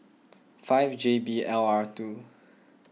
five J B L R two